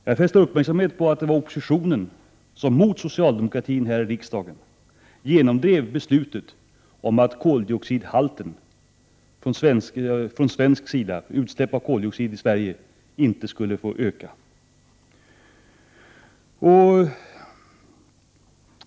Jag fäste uppmärksamhet vid att det var oppositionen som mot socialdemokratin här i riksdagen genomdrev beslutet om att utsläppen av koldioxid i Sverige inte skulle få öka.